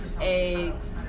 eggs